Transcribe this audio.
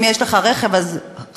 אם יש לך רכב אז החניה,